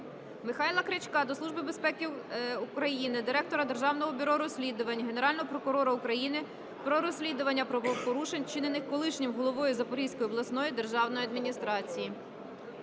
Михайла Крячка до Голови Служби безпеки України, директора Державного бюро розслідувань, Генерального прокурора України про розслідування правопорушень, вчинених колишнім головою Запорізької обласної державної адміністрації.